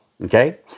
Okay